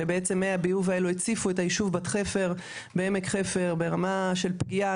שבעצם מי הביוב האלו הציפו את הישוב בת חפר מעמק חפר ברמה של פגיעה.